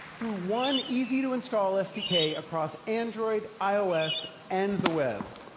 through one easy to install sdk across android, ios, and the web.